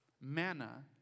Manna